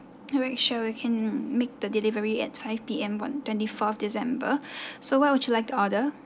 alright sure we can make the delivery at five P_M on twenty fourth december so what would you like to order